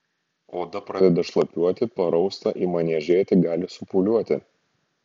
oda pradeda šlapiuoti parausta ima niežėti gali supūliuoti